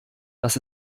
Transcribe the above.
das